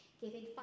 giving